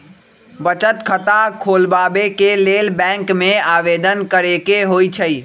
बचत खता खोलबाबे के लेल बैंक में आवेदन करेके होइ छइ